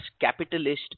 Capitalist